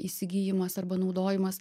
įsigijimas arba naudojimas